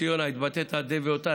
אדוני, יוסי יונה, התבטאת די והותר.